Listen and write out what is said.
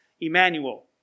Emmanuel